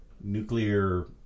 nuclear